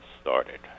started